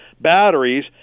batteries